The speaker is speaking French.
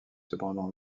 cependant